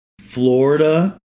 Florida